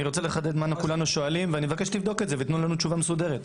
אני מבקש שתבדוק את זה ותתנו לנו תשובה מסודרת.